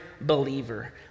believer